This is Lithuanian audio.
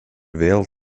vėl